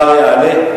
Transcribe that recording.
השר יעלה,